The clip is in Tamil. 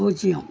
பூஜ்ஜியம்